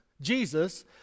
Jesus